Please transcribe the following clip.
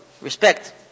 respect